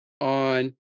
on